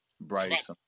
Bryce